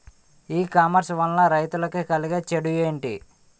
ఈ కామర్స్ వలన రైతులకి కలిగే చెడు ఎంటి?